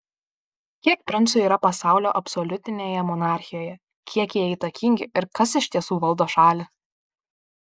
kiek princų yra pasaulio absoliutinėje monarchijoje kiek jie įtakingi ir kas iš tiesų valdo šalį